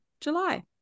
July